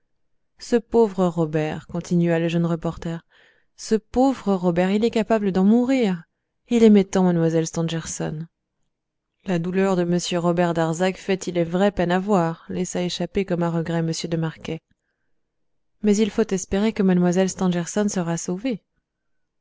ce pauvre robert continua le jeune reporter ce pauvre robert il est capable d'en mourir il aimait tant mlle stangerson la douleur de m robert darzac fait il est vrai peine à voir laissa échapper comme à regret m de marquet mais il faut espérer que mlle stangerson sera sauvée